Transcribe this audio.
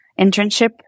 internship